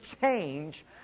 change